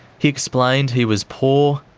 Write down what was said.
he explained he was poor,